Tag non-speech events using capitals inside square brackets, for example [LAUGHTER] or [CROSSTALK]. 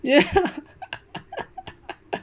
ya [LAUGHS]